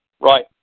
Right